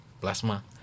plasma